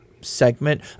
segment